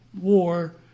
war